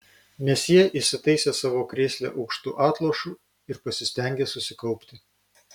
mesjė įsitaisė savo krėsle aukštu atlošu ir pasistengė susikaupti